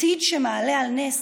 עתיד שמעלה על נס